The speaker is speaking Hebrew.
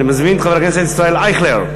אני מזמין את חבר הכנסת ישראל אייכלר,